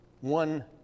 one